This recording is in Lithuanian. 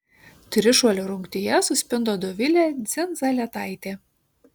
trišuolio rungtyje suspindo dovilė dzindzaletaitė